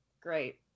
great